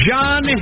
John